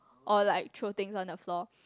or like throw things on the floor